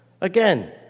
Again